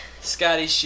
Scotty